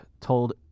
told